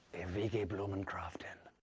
enrique bloomencrofton.